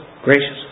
gracious